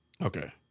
Okay